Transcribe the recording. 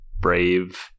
Brave